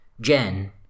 Jen